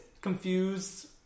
confused